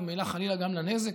וממילא חלילה גם לנזק,